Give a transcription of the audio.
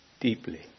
deeply